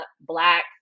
Black